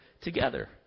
together